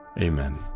amen